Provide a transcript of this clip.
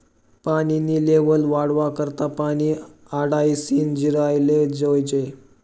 पानी नी लेव्हल वाढावा करता पानी आडायीसन जिरावाले जोयजे